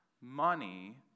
money